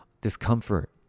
discomfort